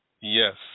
Yes